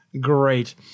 great